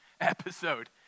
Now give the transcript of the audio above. episode